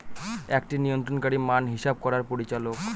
একটি নিয়ন্ত্রণকারী মান হিসাব করার পরিচালক